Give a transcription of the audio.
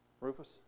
Rufus